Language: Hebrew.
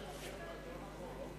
תוצאות